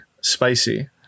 spicy